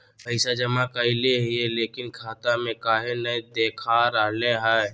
पैसा जमा कैले हिअई, लेकिन खाता में काहे नई देखा रहले हई?